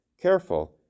careful